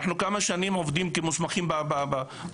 אנחנו כמה שנים עובדים כמוסמכים בקהילה,